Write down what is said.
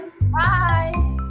Bye